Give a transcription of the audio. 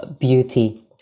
beauty